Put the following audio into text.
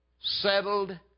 settled